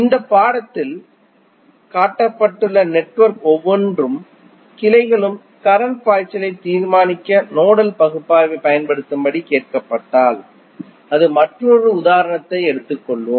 இந்த படத்தில் காட்டப்பட்டுள்ள நெட்வொர்க் ன் ஒவ்வொரு கிளையிலும் கரண்ட் பாய்ச்சலைத் தீர்மானிக்க நோடல் பகுப்பாய்வைப் பயன்படுத்தும்படி கேட்கப்பட்டால் அடுத்து மற்றொரு உதாரணத்தை எடுத்துக் கொள்வோம்